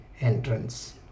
entrance